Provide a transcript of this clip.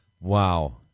Wow